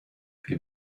wir